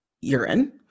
urine